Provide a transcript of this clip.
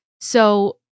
So-